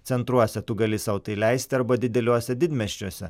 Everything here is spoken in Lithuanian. centruose tu gali sau tai leisti arba dideliuose didmiesčiuose